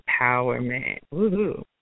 empowerment